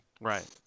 Right